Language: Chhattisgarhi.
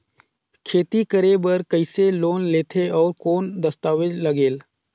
खेती करे बर कइसे लोन लेथे और कौन दस्तावेज लगेल?